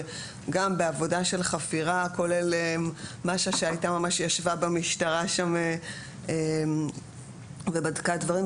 גם בעבודה של חפירה כולל מאשה שממש ישבה במשטרה ובדקה דברים.